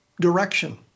direction